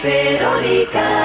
Veronica